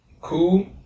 cool